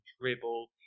dribble